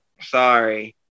Sorry